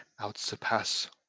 outsurpass